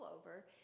over